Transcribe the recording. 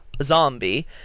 Zombie